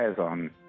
on